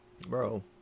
bro